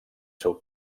seu